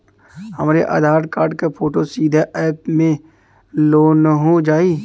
हमरे आधार कार्ड क फोटो सीधे यैप में लोनहो जाई?